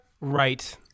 right